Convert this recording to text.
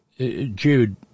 Jude